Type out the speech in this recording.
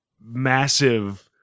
massive